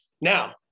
Now